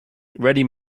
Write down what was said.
ready